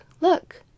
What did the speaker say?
look